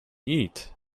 eat